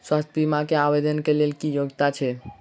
स्वास्थ्य बीमा केँ आवेदन कऽ लेल की योग्यता छै?